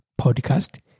podcast